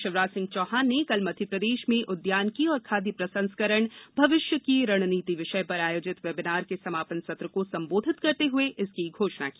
मुख्यमंत्री शिवराज सिंह चौहान ने कल मध्यप्रदेश में उद्यानिकी और खाद्य प्रसंस्करण भविष्य की रणनीति विषय पर आयोजित वेबिनार के समापन सत्र को संबोधित करते हुए इसकी घोषणा की